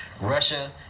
Russia